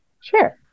sure